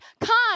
come